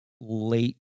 late